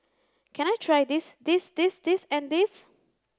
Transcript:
can I try this this this this and this